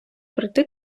пройти